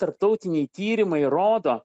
tarptautiniai tyrimai rodo